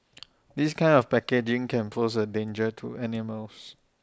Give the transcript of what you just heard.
this kind of packaging can pose A danger to animals